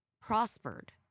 prospered